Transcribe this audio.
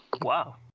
Wow